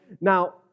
Now